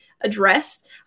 addressed